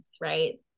right